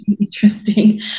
interesting